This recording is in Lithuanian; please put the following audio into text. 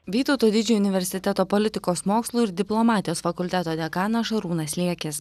vytauto didžiojo universiteto politikos mokslų ir diplomatijos fakulteto dekanas šarūnas liekis